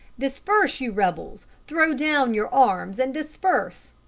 disperse, you rebels! throw down your arms and disperse!